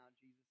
Jesus